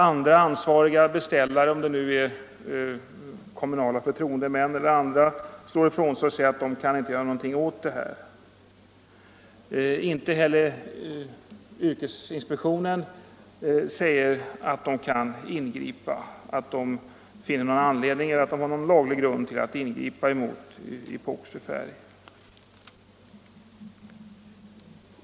Andra ansvariga beställare, om det nu är kommunala förtroendemän eller andra, slår också ifrån sig och säger att de kan inte göra något åt detta. Även yrkesinspektionen säger att man inte kan ingripa och att man inte finner sig ha någon laglig grund att ingripa mot epoxifärgerna.